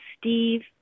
Steve